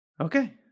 okay